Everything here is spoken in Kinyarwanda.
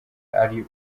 ari